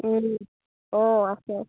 অঁ আছে